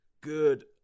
Good